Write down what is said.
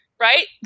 Right